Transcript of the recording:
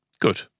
good